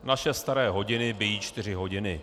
Naše staré hodiny bijí čtyři hodiny.